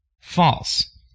false